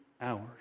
hours